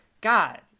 God